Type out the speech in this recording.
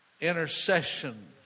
intercession